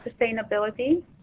sustainability